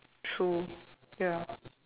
true ya